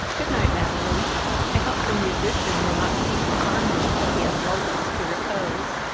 good night, madeline i hope the musician will not cease his harmony till he has lulled us to repose.